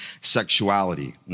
sexuality